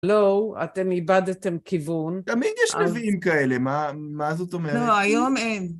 לא, אתם איבדתם כיוון. תמיד יש נביאים כאלה, מה זאת אומרת? לא, היום אין.